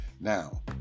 Now